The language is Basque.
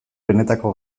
benetako